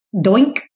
doink